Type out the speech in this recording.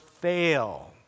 fail